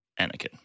Anakin